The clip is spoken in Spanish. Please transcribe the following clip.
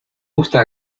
gusta